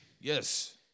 Yes